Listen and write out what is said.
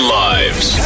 lives